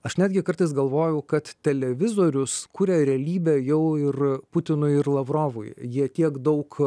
aš netgi kartais galvojau kad televizorius kuria realybę jau ir putinui ir lavrovui jie tiek daug